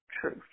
truth